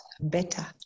better